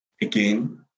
again